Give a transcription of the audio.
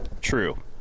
True